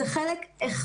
זה חלק אחד.